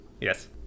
yes